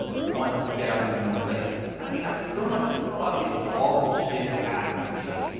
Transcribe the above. um want to get up in the morning? like i mean, so much fucking awful shit has happened to me,